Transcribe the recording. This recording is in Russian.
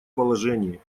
положении